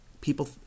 people